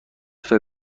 فکر